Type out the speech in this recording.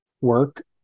work